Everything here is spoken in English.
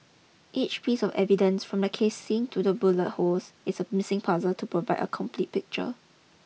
each piece of evidence from the casings to the bullet holes is a missing puzzle to provide a complete picture